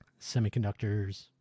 semiconductors